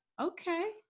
okay